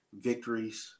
victories